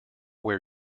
wear